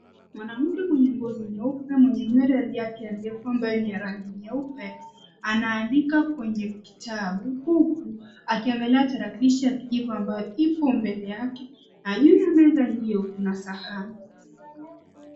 Mwanamke mwenye ngozi ya upe mwenye nywele yake ndefu ambayo ni ya rangi ya nyeupe. Ana andika kwenye kitabu huku akiangalia tarakilishi ya kijivu ambayo ipo mbele yake na juu ya meza hiyo kuna sahani.